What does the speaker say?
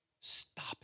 Stop